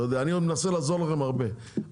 אני מנסה לעזור לכם הרבה,